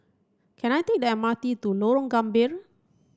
can I take the M R T to Lorong Gambir